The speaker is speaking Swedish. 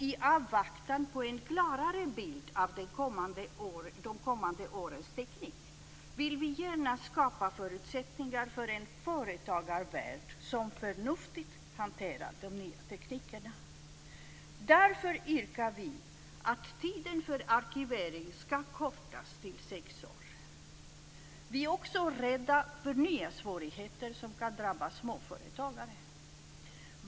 I avvaktan på en klarare bild av de kommande årens teknik vill vi gärna skapa förutsättningar för en företagarvärld som förnuftigt hanterar de nya teknikerna. Därför yrkar vi att tiden för arkivering ska kortas till sex år. Vi är också rädda för nya svårigheter som kan drabba småföretagare.